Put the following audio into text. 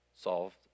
solved